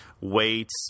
weights